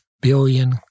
billion